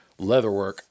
leatherwork